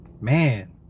man